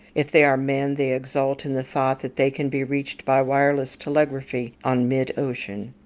if they are men, they exult in the thought that they can be reached by wireless telegraphy on mid-ocean.